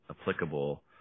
applicable